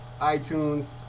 iTunes